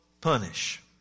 punish